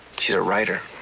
she's a writer.